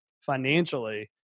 financially